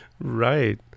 Right